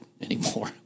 anymore